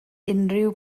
unrhyw